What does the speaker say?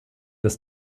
dass